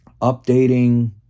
Updating